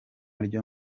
ryo